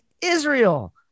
Israel